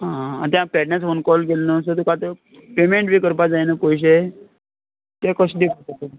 आं हां आतां हांवें पेडणेंसून कॉल केल्लो न्हय सो तुका तो पेमेंट बी करपाक जाय नूं पयशें तें कशें दिवपाचे